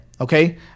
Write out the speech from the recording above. Okay